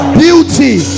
beauty